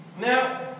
Now